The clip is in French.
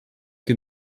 que